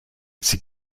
sie